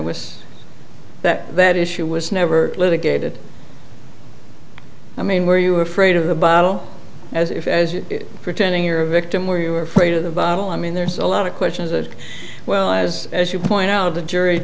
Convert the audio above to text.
was that that issue was never litigated i mean were you afraid of the bottle as if as you pretending you're a victim where you were afraid of the bottle i mean there's a lot of questions as well as as you point out of the jury